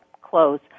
close